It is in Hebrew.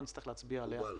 לא נצטרך להצביע עליה.